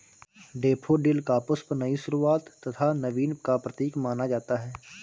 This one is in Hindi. डेफोडिल का पुष्प नई शुरुआत तथा नवीन का प्रतीक माना जाता है